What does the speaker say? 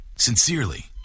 Sincerely